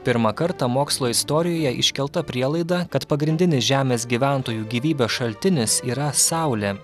pirmą kartą mokslo istorijoje iškelta prielaida kad pagrindinis žemės gyventojų gyvybės šaltinis yra saulė